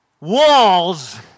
walls